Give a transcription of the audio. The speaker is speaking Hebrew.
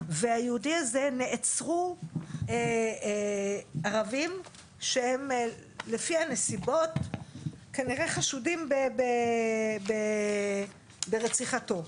נעצרו ערבים שלפי הנסיבות כנראה חשודים ברציחתו.